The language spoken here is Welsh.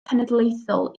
cenedlaethol